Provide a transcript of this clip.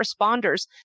responders